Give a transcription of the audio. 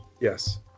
yes